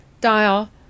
dial